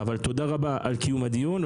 תודה רבה על קיום הדיון.